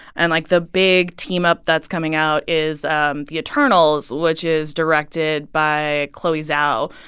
and like, the big team-up that's coming out is um the eternals, which is directed by chloe zhao,